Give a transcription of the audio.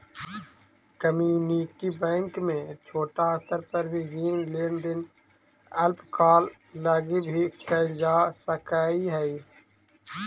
community bank में छोटा स्तर पर भी ऋण लेन देन अल्पकाल लगी भी कैल जा सकऽ हइ